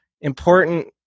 important